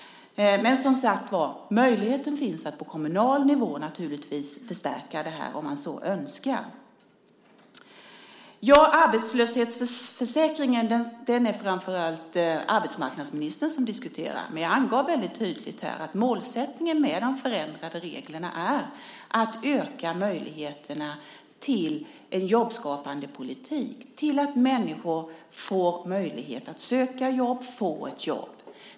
Men som sagt var, möjligheten finns naturligtvis att på kommunal nivå förstärka det här om man så önskar. Arbetslöshetsförsäkringen är det framför allt arbetsmarknadsministern som diskuterar. Men jag angav väldigt tydligt att målsättningen med de förändrade reglerna är att öka möjligheterna till en jobbskapande politik, till att människor får möjlighet att söka jobb och få ett jobb.